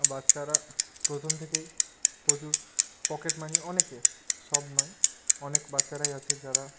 বাচ্চারা প্রথম থেকেই প্রচুর পকেট মানি অনেকে সব নয় অনেক বাচ্চারাই আছে যারা